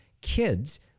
kids